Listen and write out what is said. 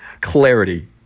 clarity